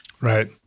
Right